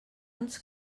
ens